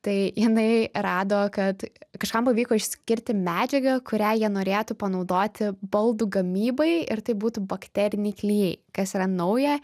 tai jinai rado kad kažkam pavyko išskirti medžiagą kurią jie norėtų panaudoti baldų gamybai ir tai būtų bakteriniai klijai kas yra nauja